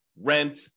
rent